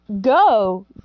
go